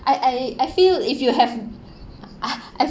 I I I feel if you have ah